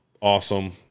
awesome